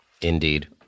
Indeed